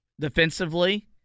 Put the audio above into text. Defensively